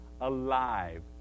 alive